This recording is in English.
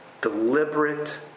deliberate